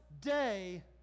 day